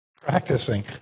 practicing